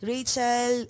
Rachel